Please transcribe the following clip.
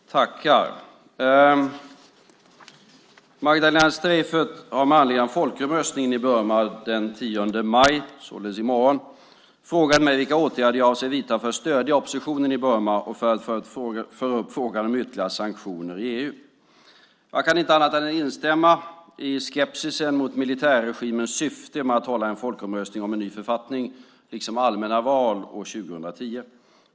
Fru talman! Magdalena Streijffert har med anledning av folkomröstningen i Burma den 10 maj, alltså i morgon, frågat mig vilka åtgärder som jag avser att vidta för att stödja oppositionen i Burma och för att föra upp frågan om ytterligare sanktioner i EU. Jag kan inte annat än instämma i skepsisen mot militärregimens syfte med att hålla en folkomröstning om en ny författning, liksom allmänna val år 2010.